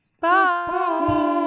bye